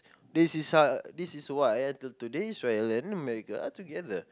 this is how this is why until today Israel and America are together